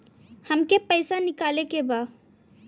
हमके पैसा निकाले के बा